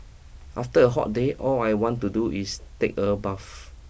after a hot day all I want to do is take a bath